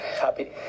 Happy